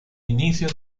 inicio